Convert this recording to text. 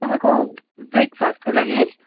तपाईँको ब्रेकफास्टको लागि है